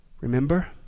Remember